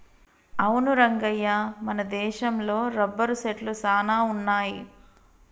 అవును రంగయ్య మన దేశంలో రబ్బరు సెట్లు సాన వున్నాయి